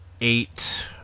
eight